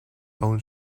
own